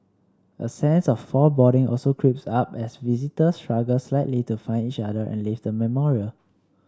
a sense of foreboding also creeps up as visitors struggle slightly to find each other and leave the memorial